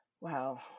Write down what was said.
Wow